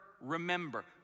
remember